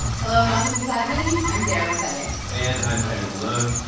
hello, and welcome to planet money. i'm sarah gonzalez and i'm kenny malone.